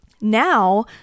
Now